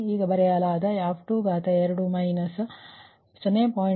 ಈಗ ಇಲ್ಲಿ ಬರೆಯಲಾದ f22 ಮೈನಸ್ 0